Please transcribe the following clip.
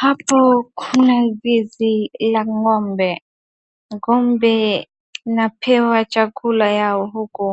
Hapo kuna zizi la ng'ombe. Ng'ombe napewa chakula yao huku